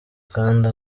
kandi